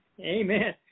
Amen